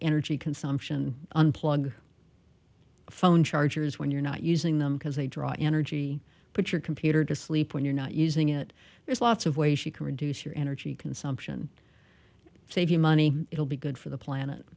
energy consumption unplug phone chargers when you're not using them because they draw energy but your computer to sleep when you're not using it there's lots of ways she can reduce your energy consumption save you money it will be good for the planet